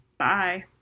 Bye